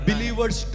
Believers